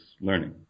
learning